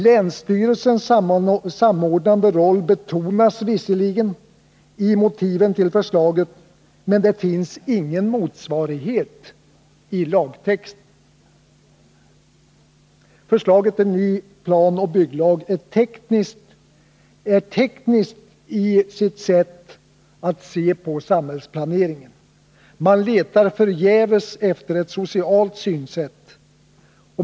Länsstyrelsens samordnande roll betonas visserligen i motiven till förslaget, men det finns ingen motsvarighet i lagtexten. Förslaget till ny planoch bygglag är tekniskt i sitt sätt att se på samhällsplaneringen. Man letar förgäves efter ett socialt synsätt.